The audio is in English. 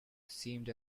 seemed